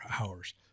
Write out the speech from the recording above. hours